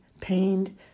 pained